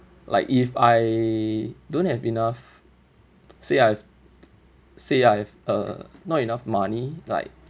like if I don't have enough say I say I have uh not enough money like